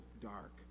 dark